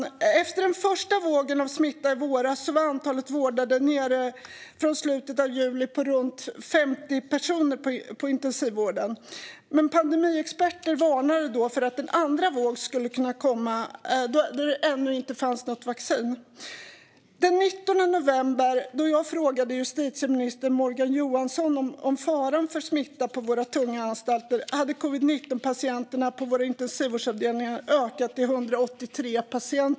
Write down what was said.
Efter den första vågen av smitta i våras var antalet vårdade från slutet av juli nere på runt 50 personer i intensivvården. Men pandemiexperter varnade då för att en andra våg skulle kunna komma då det ännu inte fanns något vaccin. Den 19 november, då jag frågade justitieminister Morgan Johansson om faran för smitta på våra tunga anstalter, hade antalet covid-19-patienter på våra intensivvårdsavdelningar ökat till 183.